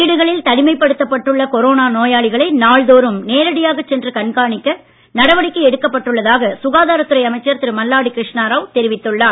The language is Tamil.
வீடுகளில் தனிமைப்படுத்தப்பட்டுள்ள கொரோனா நோயாளிகளை நேரடியாக நாள் தோறும் சென்று கண்காணிக்க நடவடிக்கை எடுக்கப்பட்டுள்ளதாக சுகாதாரத் துறை அமைச்சர் திரு மல்லாடி கிருஷ்ணராவ் தெரிவித்துள்ளார்